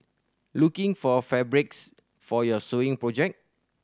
looking for fabrics for your sewing project